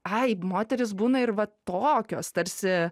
ai moterys būna ir vat tokios tarsi